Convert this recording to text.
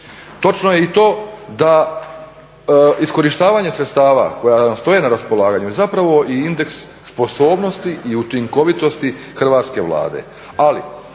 Točno je i to da iskorištavanje sredstava koja vam stoje na raspolaganju je zapravo indeks sposobnosti i učinkovitosti hrvatske Vlade.